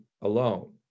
alone